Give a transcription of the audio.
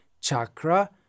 Chakra